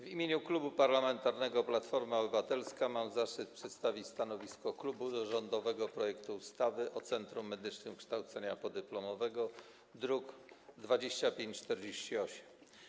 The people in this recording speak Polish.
W imieniu Klubu Parlamentarnego Platforma Obywatelska mam zaszczyt przedstawić stanowisko klubu wobec rządowego projektu ustawy o Centrum Medycznym Kształcenia Podyplomowego, druk nr 2548.